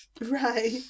Right